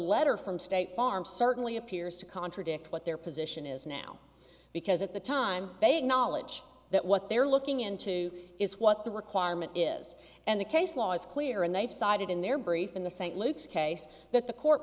letter from state farm certainly appears to contradict what their position is now because at the time they acknowledge that what they're looking into is what the requirement is and the case law is clear and they've cited in their brief in the st luke's case that the court